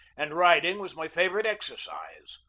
and riding was my favorite exercise.